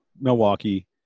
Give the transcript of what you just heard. Milwaukee